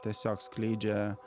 tiesiog skleidžia